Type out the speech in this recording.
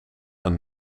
een